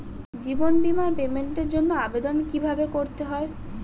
জীবন বীমার পেমেন্টের জন্য আবেদন কিভাবে করতে হয়?